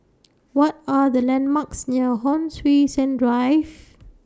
What Are The landmarks near Hon Sui Sen Drive